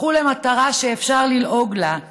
הפכו למטרה שאפשר ללעוג לה.